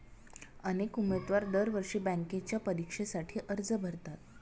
अनेक उमेदवार दरवर्षी बँकेच्या परीक्षेसाठी अर्ज भरतात